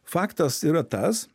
faktas yra tas